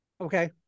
Okay